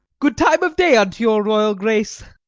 good time of day unto your royal grace!